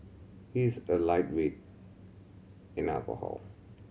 he is a lightweight in alcohol